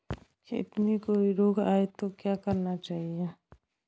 खेत में कोई रोग आये तो क्या करना चाहिए?